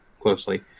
closely